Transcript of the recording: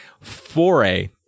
Foray